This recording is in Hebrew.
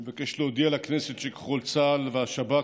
אני מבקש להודיע לכנסת שכוחות צה"ל והשב"כ,